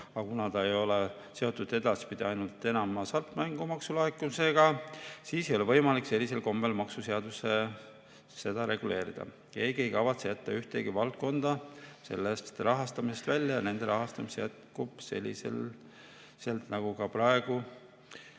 aga kuna see raha ei ole edaspidi seotud ainult hasartmängumaksu laekumisega, siis ei ole võimalik seda sellisel kombel maksuseaduses reguleerida. Keegi ei kavatse jätta ühtegi valdkonda sellest rahastamisest välja. Nende rahastamine jätkub selliselt nagu praegu,